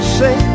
say